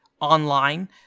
online